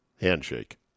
handshake